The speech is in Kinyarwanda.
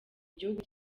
gihugu